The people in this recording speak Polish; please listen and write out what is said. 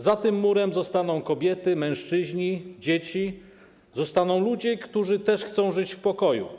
Za tym murem zostaną kobiety, mężczyźni, dzieci, zostaną ludzie, którzy też chcą żyć w pokoju.